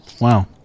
Wow